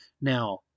Now